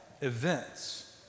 events